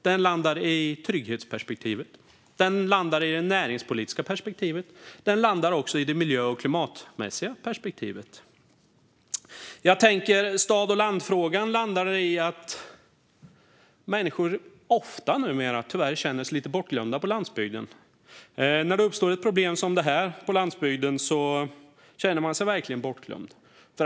Den landar i trygghetsperspektivet, den landar i det näringspolitiska perspektivet och den landar i det miljö och klimatmässiga perspektivet. När det gäller stad-land-perspektivet tror jag att människor på landsbygden tyvärr ofta känner sig lite bortglömda numera. När det uppstår ett problem som detta på landsbygden känner man sig verkligen bortglömd.